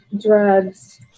drugs